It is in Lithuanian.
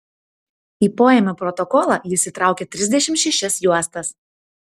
į poėmio protokolą jis įtraukė trisdešimt šešias juostas